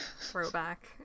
Throwback